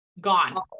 gone